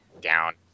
down